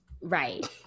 Right